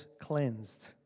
cleansed